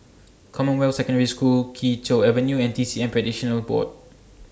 Commonwealth Secondary School Kee Choe Avenue and T C M Practitioners Board